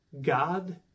God